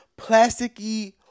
plasticky